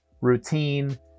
routine